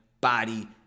body